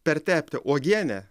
pertepti uogiene